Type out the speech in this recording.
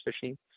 fishing